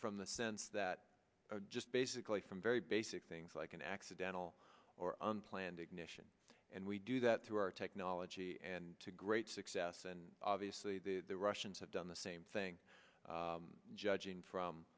from the sense that just basically from very basic things like an accidental or unplanned ignition and we do that through our technology and to great success and obviously the russians have done the same thing judging from